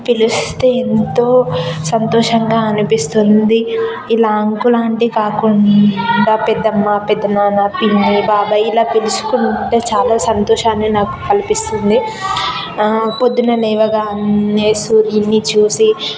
పిలిస్తే ఎంతో సంతోషంగా అనిపిస్తుంది ఇలా అంకుల్ ఆంటీ కాకుండా పెద్దమ్మ పెదనాన్న పిన్ని బాబాయ్ ఇలా పిలుచుకుంటే చాలా సంతోషాన్ని నాకు కలిపిస్తుంది పొద్దున్నే లేవగాన్నే సూర్యుణ్ణి చూసి